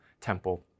temple